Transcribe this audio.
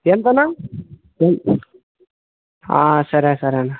ఎంతన్నా ఎ ఎ సరే సరే అన్న